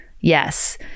yes